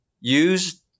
Use